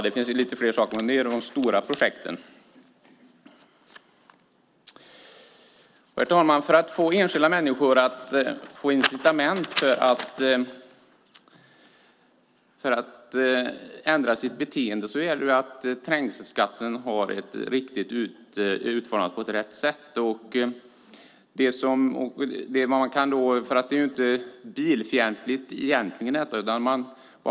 Det finns lite fler saker, men det är de stora projekten. Herr talman! För att få enskilda människor att få incitament att ändra sitt beteende gäller det att trängselskatten är utformat på rätt sätt. Det är egentligen inte bilfientligt.